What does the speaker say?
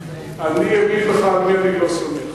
אני אגיד לך על מי אני לא סומך.